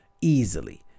easily